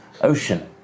ocean